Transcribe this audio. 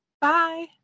Bye